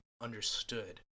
understood